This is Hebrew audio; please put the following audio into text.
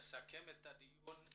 נסכם את הדיון.